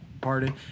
Pardon